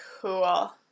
Cool